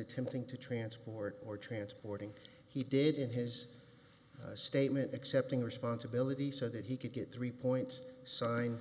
attempting to transport or transporting he did in his statement accepting responsibility so that he could get three points sign